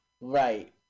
Right